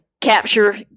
capture